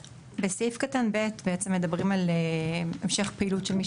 בסעיף קטן ב' בעצם מדברים על המשך פעילות של מי